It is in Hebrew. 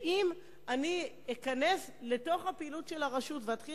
ואם אני אכנס לתוך הפעילות של הרשות ואתחיל